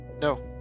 no